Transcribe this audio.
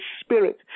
spirit